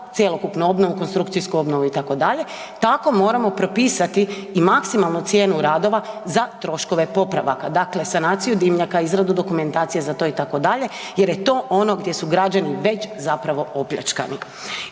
cjelokupnu obnovu, konstrukcijsku obnovu itd., tako moramo propisati i maksimalnu cijenu radova za troškove popravaka, dakle sanaciju dimnjaka, izradu dokumentacije za to itd., jer je to ono gdje su građani već zapravo opljačkani.